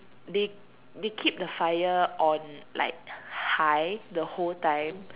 they they keep the fire on like high the whole time